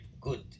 good